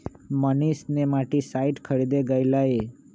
Manish nematicide खरीदे गय लय